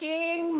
King